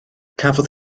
cafodd